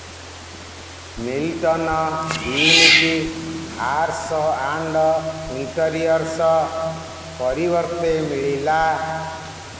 Milton unique arts and interiors ପରିବର୍ତ୍ତେ ମିଳିଲା